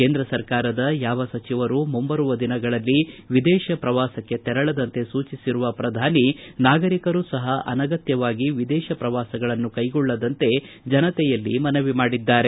ಕೇಂದ್ರ ಸರ್ಕಾರದ ಯಾವ ಸಚಿವರೂ ಮುಂಬರುವ ದಿನಗಳಲ್ಲಿ ವಿದೇಶ ಪ್ರವಾಸಕ್ಕೆ ತೆರಳದಂತೆ ಸೂಚಿಸಿರುವ ಪ್ರಧಾನಿ ನಾಗರಿಕರೂ ಸಹ ಅನಗತ್ತವಾಗಿ ವಿದೇಶ ಪ್ರವಾಸಗಳನ್ನು ಕೈಗೊಳ್ಳದಂತೆ ಜನತೆಯಲ್ಲಿ ಮನವಿ ಮಾಡಿದ್ದಾರೆ